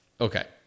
Okay